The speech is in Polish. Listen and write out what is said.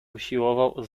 usiłował